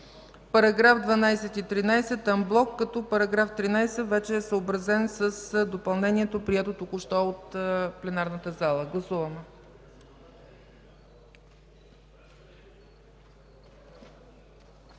параграфи 12 и 13 анблок, като § 13 вече е съобразен с допълнението, прието току-що от пленарната зала. Гласуваме.